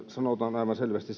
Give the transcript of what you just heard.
sanotaan aivan selvästi